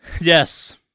yes